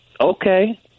okay